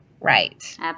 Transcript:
right